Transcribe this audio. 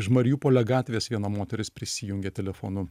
iš mariupolio gatvės viena moteris prisijungė telefonu